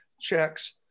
checks